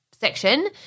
section